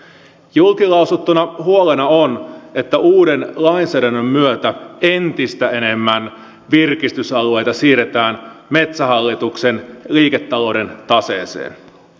julkilausuttuna huolena on että uuden lainsäädännön myötä entistä enemmän virkistysalueita siirretään metsähallituksen liiketalouden taseeseen